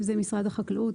אם זה משרד החקלאות,